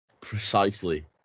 Precisely